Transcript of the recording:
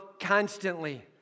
constantly